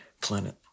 planet